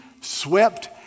swept